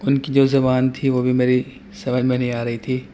ان کی جو زبان تھی وہ بھی میری سمجھ میں نہیں آ رہی تھی